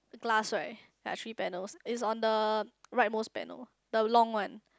glass right there are three panels is on the right most panel the long one